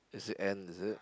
is it end is it